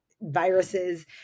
viruses